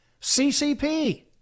CCP